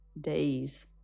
days